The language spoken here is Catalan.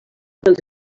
dels